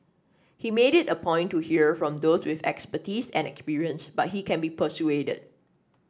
he made it a point to hear from those with expertise and experience but he can be persuaded